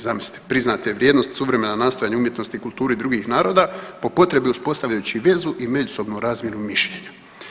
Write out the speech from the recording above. Zamislite priznate vrijednosti, suvremena nastojanja u umjetnosti i kulturi drugih naroda po potrebi uspostavljajući vezu i međusobnu razmjenu mišljenja.